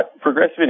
progressive